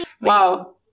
Wow